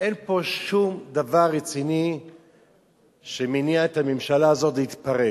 אין פה שום דבר רציני שמניע את הממשלה הזאת להתפרק.